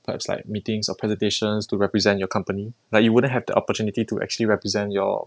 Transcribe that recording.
perhaps like meetings or presentations to represent your company like you wouldn't have the opportunity to actually represent your